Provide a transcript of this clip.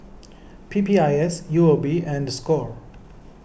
P P I S U O B and Score